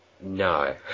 No